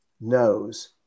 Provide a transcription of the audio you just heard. knows